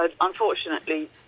Unfortunately